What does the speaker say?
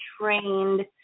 trained